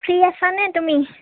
free আছানে তুমি